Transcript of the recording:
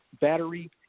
battery